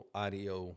audio